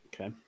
Okay